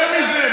יותר מזה,